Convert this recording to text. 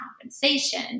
compensation